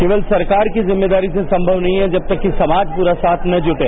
केवल सरकार की जिम्मेदारी से संभव नहीं है जब तक की समाज प्ररा साथ न जुटे